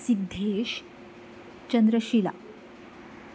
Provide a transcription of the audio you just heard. Siddhesh Chandrashila